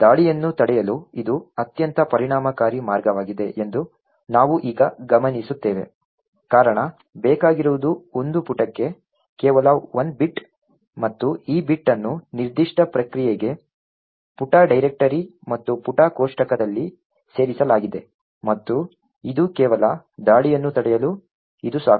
ದಾಳಿಯನ್ನು ತಡೆಯಲು ಇದು ಅತ್ಯಂತ ಪರಿಣಾಮಕಾರಿ ಮಾರ್ಗವಾಗಿದೆ ಎಂದು ನಾವು ಈಗ ಗಮನಿಸುತ್ತೇವೆ ಕಾರಣ ಬೇಕಾಗಿರುವುದು ಒಂದು ಪುಟಕ್ಕೆ ಕೇವಲ 1 ಬಿಟ್ ಮತ್ತು ಈ ಬಿಟ್ ಅನ್ನು ನಿರ್ದಿಷ್ಟ ಪ್ರಕ್ರಿಯೆಗೆ ಪುಟ ಡೈರೆಕ್ಟರಿ ಮತ್ತು ಪುಟ ಕೋಷ್ಟಕದಲ್ಲಿ ಸೇರಿಸಲಾಗಿದೆ ಮತ್ತು ಇದು ಕೇವಲ ದಾಳಿಯನ್ನು ತಡೆಯಲು ಇದು ಸಾಕು